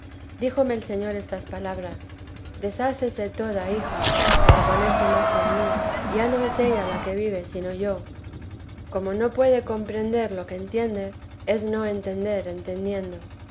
tiempo díjomeel señor estas palabras deshácese toda hija para ponerse más en mí ya no es ella la que vive sino yo como no puede comprehender lo que entiende es no entender entendiendo